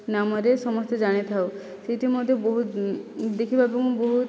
ନାମରେ ସମସ୍ତେ ଜାଣିଥାଉ ସେଇଠି ମଧ୍ୟ ବହୁତ ଦେଖିବାକୁ ବହୁତ